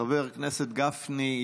חבר הכנסת גפני,